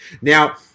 Now